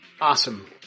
Awesome